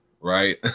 right